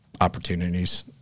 opportunities